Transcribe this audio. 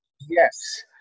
Yes